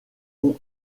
ont